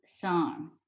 song